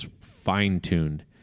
fine-tuned